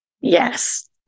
Yes